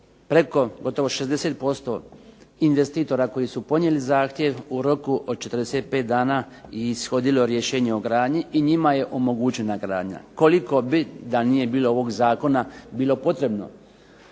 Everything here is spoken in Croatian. preko gotovo 60% investitora koji su podnijeli zahtjev u roku od 45 dana i ishodilo rješenje o gradnji i njima je omogućena gradnja. Koliko bi da nije bilo ovog zakona bilo potrebno